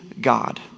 God